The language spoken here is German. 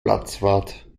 platzwart